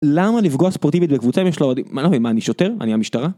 למה לפגוע ספורטיבית בקבוצה אם יש לה אוהדים... אני לא מבין, מה, אני שוטר? אני המשטרה?